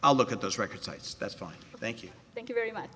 i look at this record cites that's fine thank you thank you very much